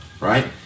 right